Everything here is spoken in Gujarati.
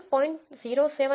075 છે અને y 1